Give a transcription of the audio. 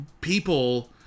people